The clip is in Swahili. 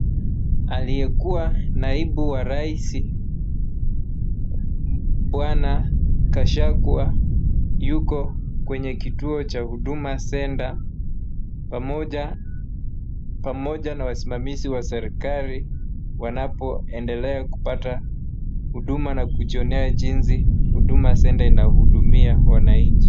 Aliyekuwa naibu wa rais Bwana Gachangua yuko kwenye kituo cha Huduma Centre pamoja na wasimamizi wa serikali wanapoendelea kupata huduma na kujionea jinsi huduma centre inawahudumia wananchi.